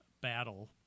battle